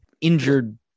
injured